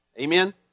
Amen